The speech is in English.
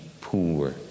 poor